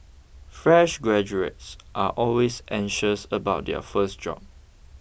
fresh graduates are always anxious about their first job